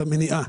במניעה.